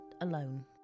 alone